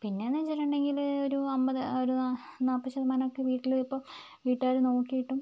പിന്നെന്ന് വെച്ചിട്ടുണ്ടെങ്കിൽ ഒരു അൻപത് ഒരു നാ നാൽപ്പത് ശതമനോക്കെ വീട്ടിലിപ്പോൾ വീട്ടുകാർ നോക്കീട്ടും